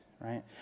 right